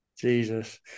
Jesus